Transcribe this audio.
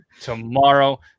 tomorrow